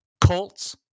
Colts